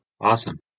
Awesome